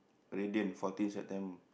Radiant fourteen September